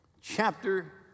chapter